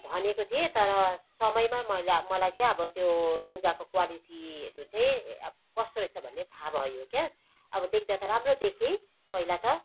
भनेको थिएँ तर समयमा मैले मलाई चाहिँ अब त्यो लुगाको क्वालिटीहरू चाहिँ अब कस्तो रहेछ भन्ने थाहा भयो क्या अब देख्दा त अब राम्रो देखेँ पहिला त